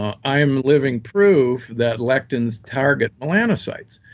ah i'm living proof that lectins target melanocytes.